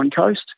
Coast